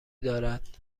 دارد